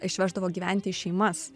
išveždavo gyventi į šeimas